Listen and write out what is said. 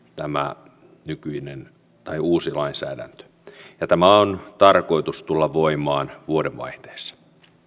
tämä uusi lainsäädäntö tulee sallivammaksi tämän on tarkoitus tulla voimaan vuodenvaihteessa